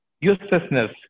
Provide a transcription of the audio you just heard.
uselessness